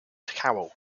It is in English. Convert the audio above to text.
cowell